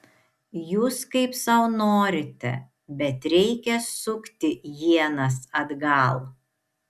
jūs kaip sau norite bet reikia sukti ienas atgal